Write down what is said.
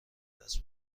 دست